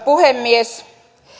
puhemies